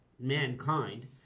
mankind